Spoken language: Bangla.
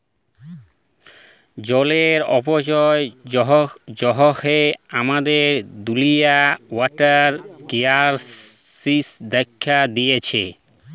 জলের অপচয়ের জ্যনহে আমাদের দুলিয়াতে ওয়াটার কেরাইসিস্ দ্যাখা দিঁয়েছে